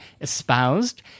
espoused